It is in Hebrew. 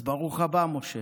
אז ברוך הבא, משה.